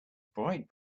bright